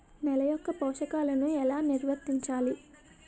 నెల యెక్క పోషకాలను ఎలా నిల్వర్తించాలి